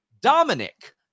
Dominic